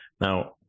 Now